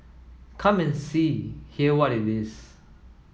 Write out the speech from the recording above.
come and see hear what it is